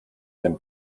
dem